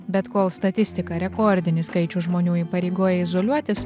bet kol statistika rekordinį skaičių žmonių įpareigoja izoliuotis